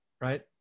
right